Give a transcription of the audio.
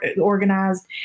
organized